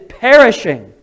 perishing